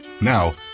Now